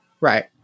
right